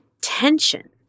tension